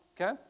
Okay